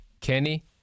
Kenny